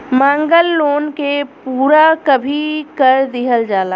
मांगल लोन के पूरा कभी कर दीहल जाला